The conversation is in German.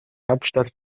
hauptstadt